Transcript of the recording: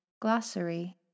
Glossary